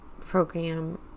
program